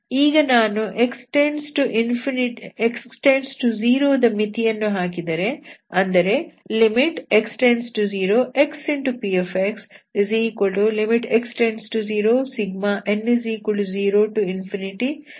ಈಗ ನಾನು x →0 ದ ಮಿತಿಯನ್ನು ಹಾಕಿದರೆ ಅಂದರೆ x→0 xpxx→0n0cnxnc0∞ ಸಿಗುತ್ತದೆ